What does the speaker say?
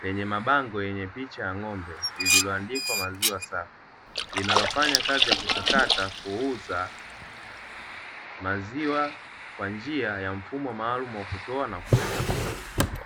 lenye mabango yenye picha ya ng’ombe, iliyoandikwa maziwa safi, linalofanya kazi ya kuchakata, kuuza maziwa kwa njia ya mfumo maalumu, wa kutoa na kuweka pesa.